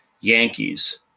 Yankees